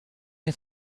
est